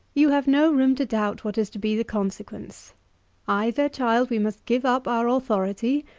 you have no room to doubt what is to be the consequence either, child, we must give up our authority,